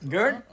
Good